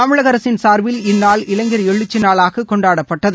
தமிழக அரசின் சார்பில் இந்நாள் இளைஞர் எழுச்சி நாளாக கொண்டாடப்பட்டது